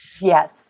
Yes